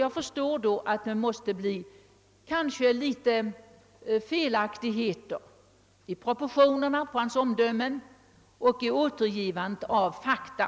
Jag förstår också att det då lätt kan insmyga sig svagheter i omdömet samt felaktigheter i proportionerna och i återgivandet av fakta.